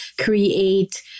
create